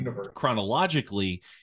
chronologically